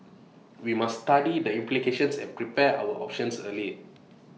we must study the implications and prepare our options early